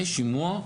יהיה שימוע.